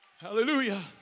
Hallelujah